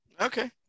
Okay